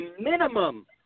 minimum